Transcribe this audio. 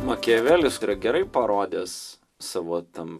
makiavelis yra gerai parodęs savo tam